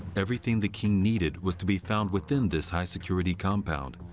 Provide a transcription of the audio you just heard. everything the king needed was to be found within this high-security compound,